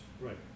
Right